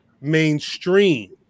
mainstream